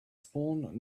spawn